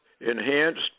enhanced